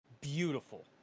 Beautiful